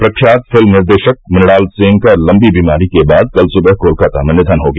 प्रख्यात फिल्म निर्देशक मृणाल सेन का लम्बी बीमारी के बाद कल सुबह कोलकाता में निघन हो गया